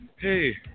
Hey